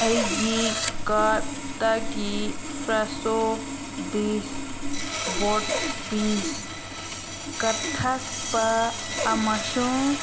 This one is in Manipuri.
ꯑꯩꯒꯤ ꯀꯥꯔꯠꯇꯒꯤ ꯐ꯭ꯔꯦꯁꯣ ꯗꯤꯁ ꯕꯣꯔꯠ ꯄꯤꯟꯁ ꯀꯛꯊꯠꯄ ꯑꯃꯁꯨꯡ